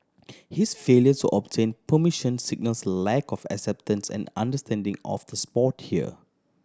his failures to obtain permission signals lack of acceptance and understanding of the sport here